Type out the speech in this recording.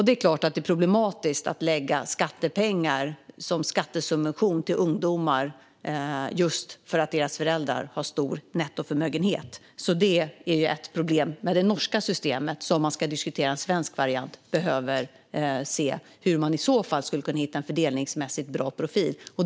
Det är klart att det är problematiskt att lägga skattepengar som skattesubvention till ungdomar just för att deras föräldrar har stor nettoförmögenhet. Det är ett problem med det norska systemet. Om man ska diskutera en svensk variant behöver man se över hur man i så fall kan finna en fördelningsmässigt bra profil.